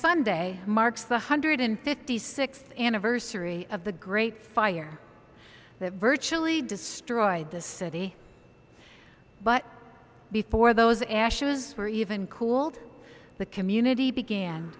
sunday marks the hundred and fifty sixth anniversary of the great fire that virtually destroyed the city but before those ashes were even cooled the community began